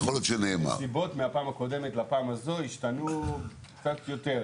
הנסיבות מהפעם הקודמת לפעם הזו השתנו קצת יותר.